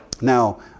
Now